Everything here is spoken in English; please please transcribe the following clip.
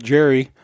Jerry